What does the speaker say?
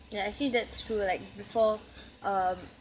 ya actually that's true like before um